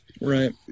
Right